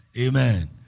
amen